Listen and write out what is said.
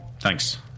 thanks